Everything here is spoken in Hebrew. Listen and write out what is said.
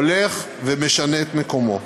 הולך ומשנה את מקומו.